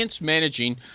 managing